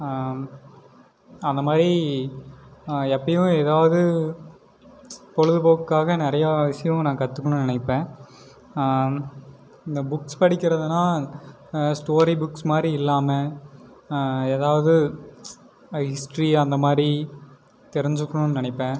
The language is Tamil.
அந்த மாரி எப்பையும் ஏதாவது பொழுதுபோக்குக்காக நிறையா விஷயம் நான் கற்றுக்கணும்னு நினைப்பேன் இந்த புக்ஸ் படிக்கிறதுன்னா ஸ்டோரி புக்ஸ் மாதிரி இல்லாமல் எதாவது ஹிஸ்ட்ரி அந்த மாரி தெரிஞ்சுக்கணுன்னு நினைப்பேன்